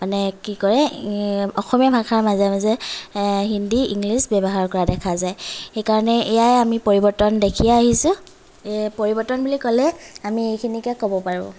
মানে কি কৰে অসমীয়া ভাষাৰ মাজে মাজে হিন্দী ইংলিছ ব্যৱহাৰ কৰা দেখা যায় সেইকাৰণে এয়াই আমি পৰিবৰ্তন দেখিয়েই আহিছোঁ এইয়া পৰিবৰ্তন বুলি ক'লে আমি এইখিনিকে ক'ব পাৰোঁ